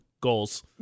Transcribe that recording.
goals